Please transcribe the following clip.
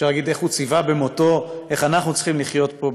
אפשר להגיד שהוא ציווה במותו איך אנחנו צריכים לחיות פה,